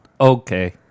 Okay